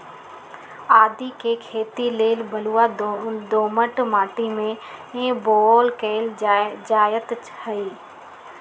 आदीके खेती लेल बलूआ दोमट माटी में बाओ कएल जाइत हई